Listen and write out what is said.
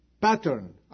pattern